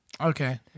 Okay